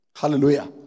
Hallelujah